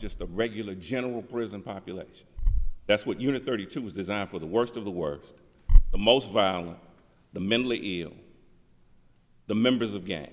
just the regular general prison population that's what unit thirty two was designed for the worst of the worst the most violent the mentally ill the members of gang